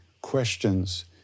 questions